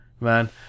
Man